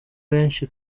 benshi